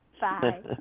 Bye